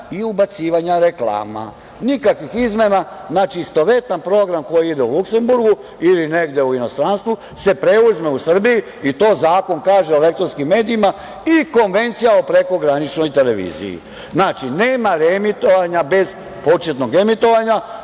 i ubacivanja reklama. Nikakvih izmena, znači, istovetan program koji ide u Luksemburgu ili negde u inostranstvu se preuzme u Srbiji i to zakon kaže o elektronskim medijima i Konvencija o prekograničnoj televiziji. Znači, nema reemitovanja bez početnog emitovanja,